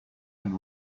and